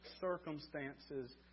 circumstances